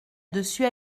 dessus